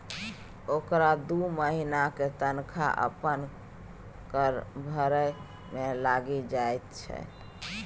ओकरा दू महिनाक तनखा अपन कर भरय मे लागि जाइत छै